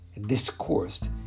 discoursed